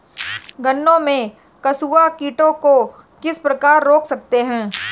गन्ने में कंसुआ कीटों को किस प्रकार रोक सकते हैं?